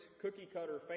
cookie-cutter